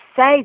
say